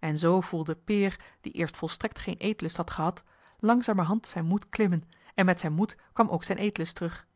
en zoo voelde peer die eerst volstrekt geen eetlust had gehad langzamerhand zijn moed klimmen en met zijn moed kwam ook zijn eetlust terug